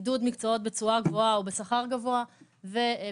עידוד מקצועות בתשואה גבוהה או בשכר גבוה ופנייה